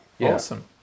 Awesome